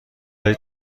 های